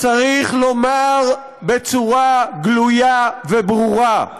צריך לומר בצורה גלויה וברורה: